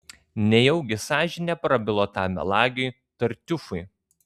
nejau sąžinė prabilo tam melagiui tartiufui